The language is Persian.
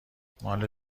مال